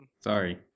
Sorry